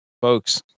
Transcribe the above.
Folks